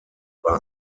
war